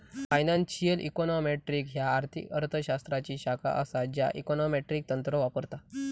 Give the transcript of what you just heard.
financial econometrics ह्या आर्थिक अर्थ शास्त्राची शाखा असा ज्या इकॉनॉमेट्रिक तंत्र वापरता